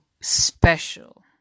special